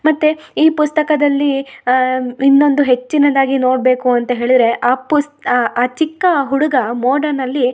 ಮತ್ತು ಈ ಪುಸ್ತಕದಲ್ಲೀ ಇನ್ನೊಂದು ಹೆಚ್ಚಿನದಾಗಿ ನೋಡ್ಬೇಕು ಅಂತ ಹೇಳಿದ್ರೆ ಆ ಪುಸ್ತಕ ಆ ಚಿಕ್ಕ ಆ ಹುಡುಗ ಮೋಡನಲ್ಲಿ